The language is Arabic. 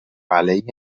علي